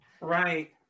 right